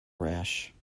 rash